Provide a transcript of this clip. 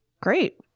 Great